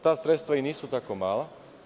Prvo, ta sredstva i nisu tako mala.